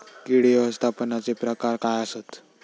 कीड व्यवस्थापनाचे प्रकार काय आसत?